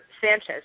Sanchez